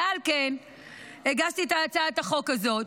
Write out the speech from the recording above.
ועל כן הגשתי את הצעת החוק הזאת,